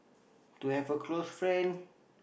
to have a close friend